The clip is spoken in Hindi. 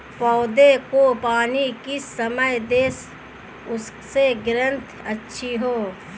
पौधे को पानी किस समय दें जिससे ग्रोथ अच्छी हो?